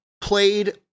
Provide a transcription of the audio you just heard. played